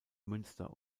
münster